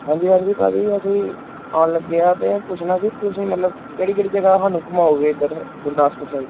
ਹਾਂਜੀ ਹਾਂਜੀ ਭਾਅ ਜੀ ਅਸੀਂ ਆਉਣ ਲੱਗੇ ਹਾਂ ਅਤੇ ਪੁੱਛਣਾ ਸੀ ਤੁਸੀਂ ਮਤਲਬ ਕਿਹੜੀ ਕਿਹੜੀ ਜਗ੍ਹਾ ਸਾਨੂੰ ਘੁੰਮਾਓਗੇ ਇੱਧਰ ਗੁਰਦਾਸਪੁਰ ਸਾਈਡ